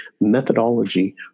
methodology